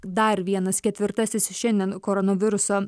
dar vienas ketvirtasis šiandien koronaviruso